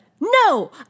No